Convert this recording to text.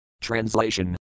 Translation